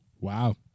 Wow